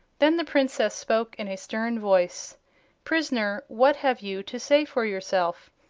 then the princess spoke in a stern voice prisoner, what have you to say for yourself?